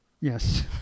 Yes